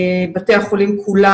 בתי החולים כולם,